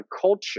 culture